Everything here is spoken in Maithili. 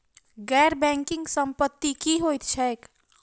गैर बैंकिंग संपति की होइत छैक?